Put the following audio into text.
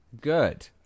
Good